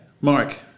Mark